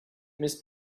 miss